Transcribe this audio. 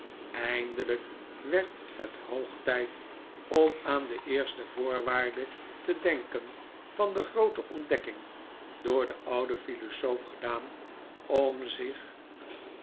eindelijk werd het hoog tijd om aan de eerste voorwaarde te denken van de groote ontdekking door den ouden philosoof gedaan om zich